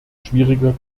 schwieriger